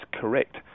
correct